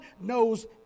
knows